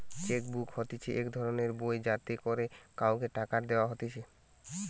check book হতিছে এক ধরণের বই যাতে করে কাওকে টাকা দেওয়া হতিছে